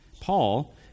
Paul